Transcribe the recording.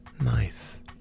Nice